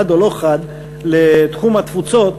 חד או לא חד לתחום התפוצות,